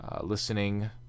listening